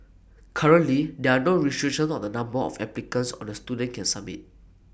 currently there are no restrictions on the number of applications on A student can submit